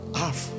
half